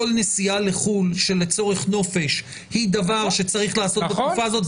נסיעה לחו"ל לצורך נופש היא דבר שצריך לעשות בתקופה הזאת,